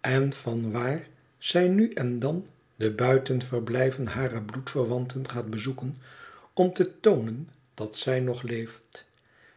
en van waar zij nu en dan de buitenverblijven harer bloedverwanten gaat bezoeken om te toonen dat zij nog leeft